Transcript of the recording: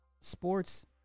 sports